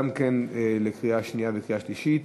גם כן לקריאה שנייה וקריאה שלישית,